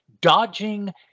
dodging